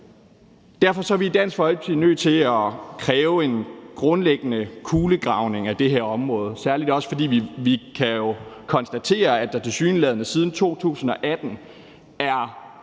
Derfor er vi i Dansk Folkeparti nødt til at kræve en grundlæggende kulegravning af det her område, særlig også fordi vi jo kan konstatere, at der tilsyneladende siden 2018